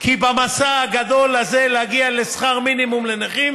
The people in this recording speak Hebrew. כי במסע הגדול הזה, להגיע לשכר מינימום לנכים